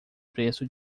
preço